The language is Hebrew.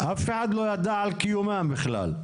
אף אחד לא ידע על קיומם בכלל.